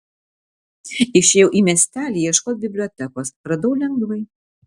išėjau į miestelį ieškot bibliotekos radau lengvai